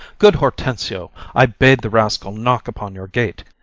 good hortensio, i bade the rascal knock upon your gate,